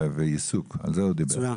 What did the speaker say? אה, בסדר, מצוין.